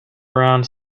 around